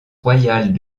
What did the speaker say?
royale